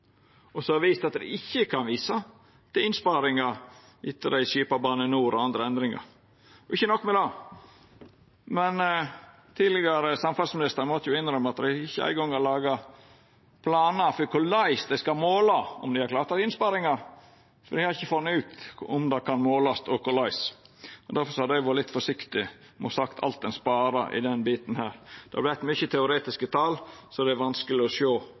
og som har vist at ein ikkje kan visa til innsparingar etter at ein skipa Bane NOR og gjorde andre endringar. Og ikkje nok med det, tidlegare samferdselsminister måtte jo innrømma at dei ikkje eingong har laga planar for korleis dei skal måla om dei har klart å spara inn. Dei har ikkje funne ut om det kan målast, og korleis. Difor har dei vore litt forsiktige med å seia alt ein sparer i denne biten – det vart for mange teoretiske tal, så det er vanskeleg å sjå